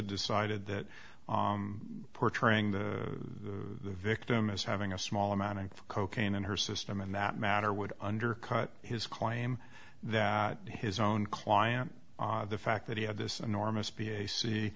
decided that portraying the victim as having a small amount of cocaine in her system and that matter would undercut his claim that his own client the fact that he had this enormous b a